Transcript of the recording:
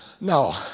No